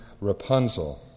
Rapunzel